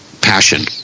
passion